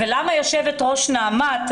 למה יושבת ראש נעמ"ת,